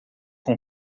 com